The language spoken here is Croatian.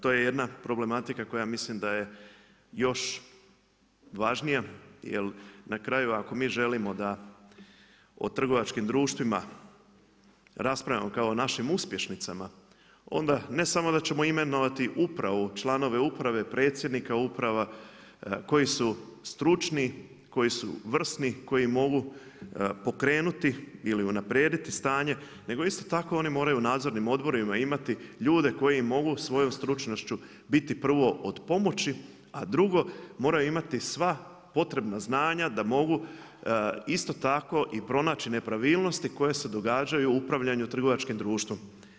To je jedna problematika koja mislim da je još važnija, jer na kraju ako mi želimo da o trgovačkim društvima raspravljamo kao našim uspješnicama onda ne samo da ćemo imenovati upravu, članove uprave, predsjednika uprava koji su stručni, koji su vrsni, koji mogu pokrenuti ili unaprijediti stanje, nego isto tako oni moraju u nadzornim odborima imati ljude koji im mogu svojom stručnošću biti prvo od pomoći, a drugo moraju imati sva potrebna znanja da mogu isto tako i pronaći nepravilnosti koje se događaju u upravljanju trgovačkim društvom.